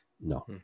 No